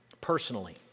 Personally